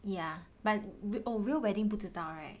ya but oh real wedding 不知道 right